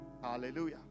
hallelujah